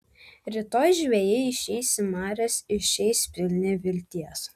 rytoj žvejai išeis į marias išeis pilni vilties